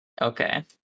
Okay